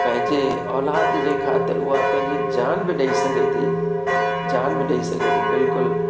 पंहिंजे औलाद जे ख़ातिर उहा पंहिंजी जान बि ॾेई सघे थी जान बि ॾेई सघे थी बिल्कुलु